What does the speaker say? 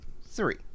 three